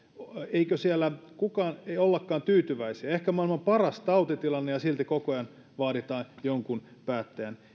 eikö siellä ollakaan tyytyväisiä ehkä maailman paras tautitilanne ja silti koko ajan vaaditaan jonkun päättäjän